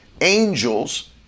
angels